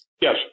Yes